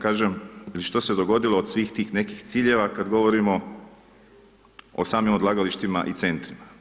Kažem, što se dogodilo od svih tih nekih ciljeva, kada govorimo o samim odlagalištima i centrima.